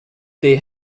they